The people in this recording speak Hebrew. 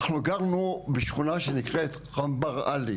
אנחנו גרנו בשכונה שנקראת, חמבר עלי,